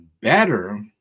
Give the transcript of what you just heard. better